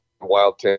wild